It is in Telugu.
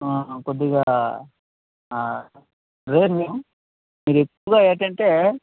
కొద్దిగా రేరు ఇది ఎక్కువగా ఏంటంటే